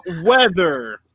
weather